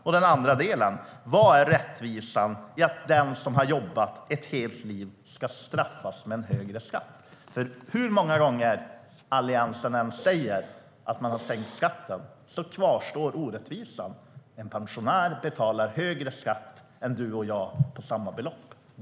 Och vad är rättvisan i att den som har jobbat ett helt liv ska straffas med en högre skatt? Hur många gånger Alliansen än säger att man har sänkt skatten kvarstår orättvisan. En pensionär betalar högre skatt än du och jag på samma belopp.